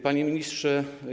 Panie Ministrze!